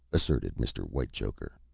asserted mr. whitechoker.